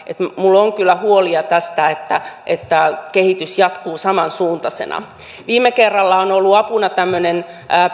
joten minulla on kyllä huolia tästä että että kehitys jatkuu samansuuntaisena viime kerralla on ollut apuna tämmöinen